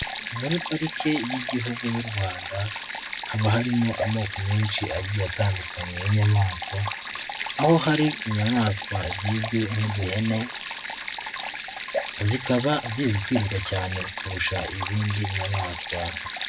Muri Parike y'Igihugu y'u Rwanda haba harimo amoko menshi agiye atandukanye y'inyamaswa, aho hari inyamaswa zizwi nk'uduhene zikaba zizi kwiruka cyane kurusha izindi nyamaswa.